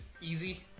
easy